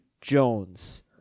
Jones